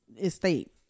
estate